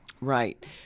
Right